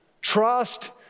Trust